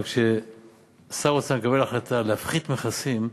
אבל כששר האוצר מקבל החלטה להפחית מכסים,